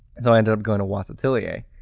and so i ended up going to watts atelier.